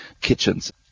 kitchens